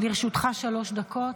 לרשותך שלוש דקות.